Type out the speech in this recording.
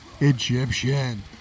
Egyptian